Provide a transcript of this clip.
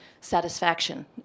satisfaction